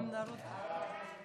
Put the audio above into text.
הצעת סיעת יש